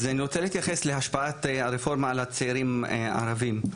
אז אני רוצה להתייחס להשפעת הרפורמה על הצעירים הערביים.